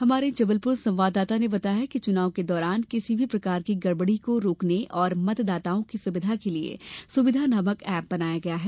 हमारे जबलपुर संवाददाता ने बताया कि चुनाव के दौरान किसी भी प्रकार की गडबडी को रोकने और मतदाताओं की सुविधा के लिये सुविधा नामक एप विकसित किया गया है